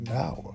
now